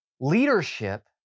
Leadership